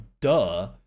duh